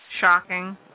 shocking